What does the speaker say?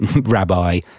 rabbi